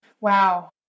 Wow